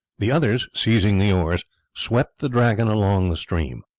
the others seizing the oars swept the dragon along the stream.